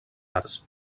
arts